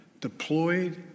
deployed